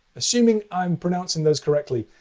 assuming i'm pronouncing those correctly.